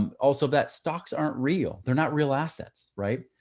um also that stocks aren't real, they're not real assets, right?